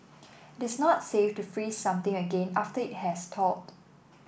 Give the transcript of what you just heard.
it is not safe to freeze something again after it has thawed